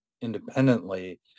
independently